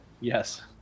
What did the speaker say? yes